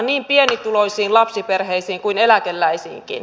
niin pienituloisiin lapsiperheisiin kuin eläkeläisiinkin